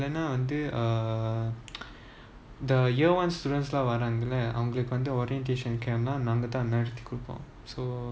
mm எனாவந்து:yena vanthu uh the year one students lah அவங்களுக்குவந்து:avangaluku vanthu orientation camp கூப்படுவோம்:koopiduvom so ya